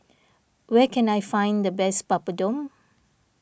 where can I find the best Papadum